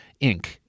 Inc